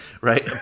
right